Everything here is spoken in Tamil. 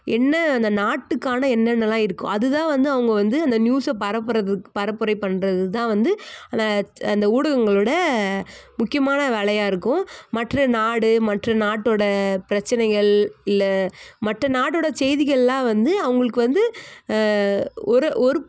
என்ன அந்த நாட்டுக்கான என்னென்னலாம் இருக்கோ அதுதான் வந்து அவங்க வந்து அந்த நியூஸை பரப்புகிறதுக்கு பரப்புரை பண்ணுறதுதான் வந்து அந்த அந்த ஊடகங்களோடய முக்கியமான வேலையாக இருக்கும் மற்ற நாடு மற்ற நாட்டோடய பிரச்சினைகள் இல்லை மற்ற நாடோடய செய்திகளெல்லாம் வந்து அவங்களுக்கு வந்து ஒரு ஒரு